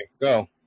go